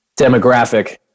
demographic